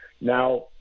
now